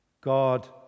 God